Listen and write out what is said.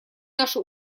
наши